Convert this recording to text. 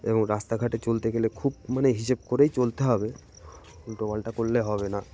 এবং রাস্তাঘাটে চলতে গেলে খুব মানে হিসেব করেই চলতে হবে উল্টো পাল্টা করলে হবে না